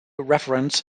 reference